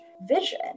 vision